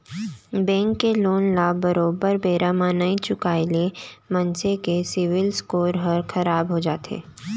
bank के loan ल बरोबर बेरा म नइ चुकाय ले मनसे के सिविल स्कोर ह खराब हो जाथे